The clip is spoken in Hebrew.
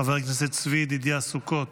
חבר הכנסת צבי ידידיה סוכות,